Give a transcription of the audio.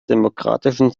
demokratischen